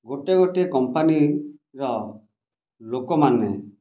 ଗୋଟେ ଗୋଟେ କମ୍ପାନୀର ଲୋକମାନେ